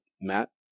Matt